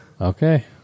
Okay